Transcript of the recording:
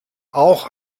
auch